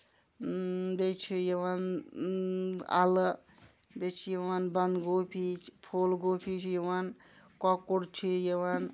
بیٚیہِ چھُ یِوان اَلہٕ بیٚیہِ چھُ یِوان بنٛدگوبی پھوٗل گُوبی چھُ یِوان کۄکُر چھُ یِوان